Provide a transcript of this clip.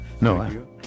No